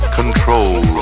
Control